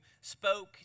spoke